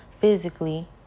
physically